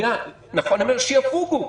שיפוגו,